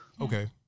Okay